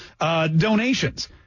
donations